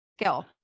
skill